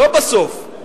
לא בסוף,